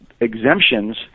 exemptions